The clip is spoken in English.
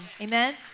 Amen